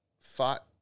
thought